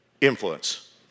Influence